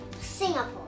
Singapore